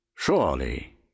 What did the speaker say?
Surely